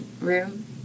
room